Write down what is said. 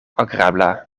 agrabla